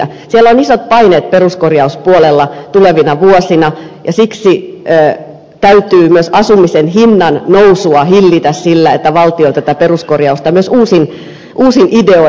siellä on isot paineet peruskorjauspuolella tulevina vuosina ja siksi täytyy myös asumisen hinnan nousua hillitä sillä että valtio tätä peruskorjausta myös uusin ideoin tukee